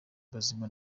bazima